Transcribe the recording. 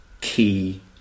key